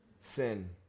Sin